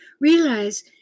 realize